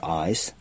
eyes